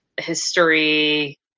history